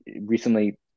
recently